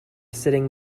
sitting